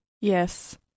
Yes